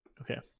Okay